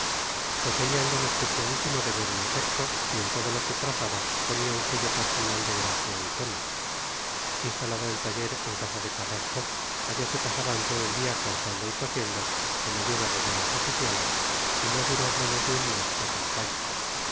poseía el don especialísimo de ver el efecto y en todo lo que trazaba ponía un sello personal de gracia y tono instalado el taller en la casa de carrasco allá se pasaban todo el día cortando y cosiendo con ayuda de buenas oficialas y no duró menos de un mes la campaña